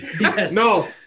No